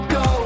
go